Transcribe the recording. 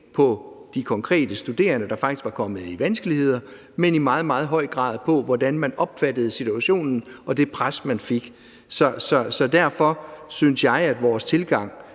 for de konkrete studerende, der faktisk var kommet i vanskeligheder, men i meget, meget høj grad for, hvordan man opfattede situationen, og det pres, man oplevede. Så derfor synes jeg, at vores tilgang